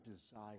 desire